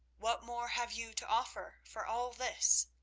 what more have you to offer for all this?